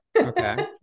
Okay